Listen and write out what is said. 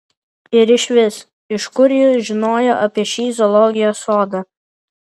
ir išvis iš kur ji žinojo apie šį zoologijos sodą